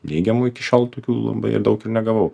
neigiamų iki šiol tokių labai ir daug negavau